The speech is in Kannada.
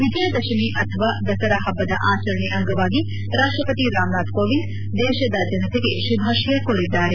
ವಿಜಯದಶಮಿ ಅಥವಾ ದಸರಾ ಹಬ್ಲದ ಆಚರಣೆ ಅಂಗವಾಗಿ ರಾಷ್ಲಪತಿ ರಾಮನಾಥ್ ಕೋವಿಂದ್ ದೇಶದ ಜನತೆಗೆ ಶುಭಾಶಯ ಕೋರಿದ್ದಾರೆ